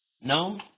No